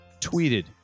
tweeted